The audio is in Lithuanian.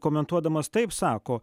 komentuodamas taip sako